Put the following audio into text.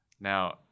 Now